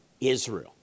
Israel